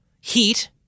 heat